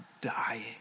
dying